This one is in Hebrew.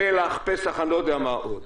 מל"ח, פס"ח, אני לא יודע מה עוד.